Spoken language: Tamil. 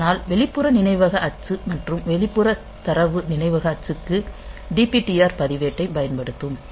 ஆனால் வெளிப்புற நினைவக அச்சு மற்றும் வெளிப்புற தரவு நினைவக அச்சுக்கு DPTR பதிவேட்டைப் பயன்படுத்தும்